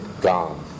gone